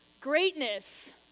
Greatness